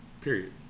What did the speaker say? period